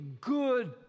good